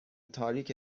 تاریک